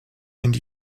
and